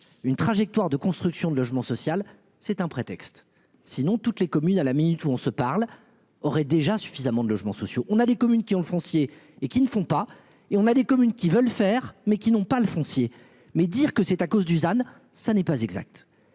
une trajectoire de construction de logement social, c'est un prétexte. Sinon toutes les communes à la minute où on se parle aurait déjà suffisamment de logements sociaux, on a des communes qui ont foncier et qui ne font pas et on a des communes qui veulent faire mais qui n'ont pas le foncier, mais dire que c'est à cause du Dusan ça n'est pas exact,